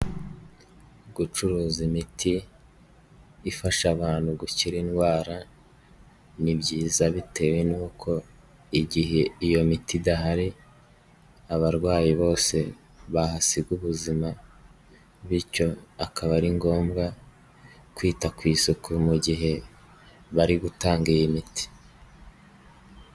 Gucuruza imiti ifasha abantu gukira indwara, ni byiza bitewe n'uko igihe iyo miti idahari abarwayi bose bahasiga ubuzima bityo akaba ari ngombwa kwita ku isuku mu gihe bari gutanga iyi miti.